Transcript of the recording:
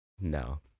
No